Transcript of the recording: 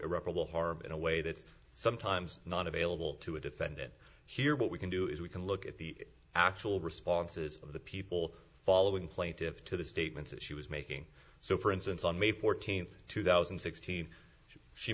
irreparable harm in a way that's sometimes not available to a defendant here what we can do is we can look at the actual responses of the people following plaintive to the statements that she was making so for instance on may fourteenth two thousand and sixteen she